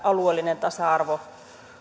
alueellinen tasa arvo